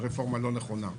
לרפורמה לא נכונה,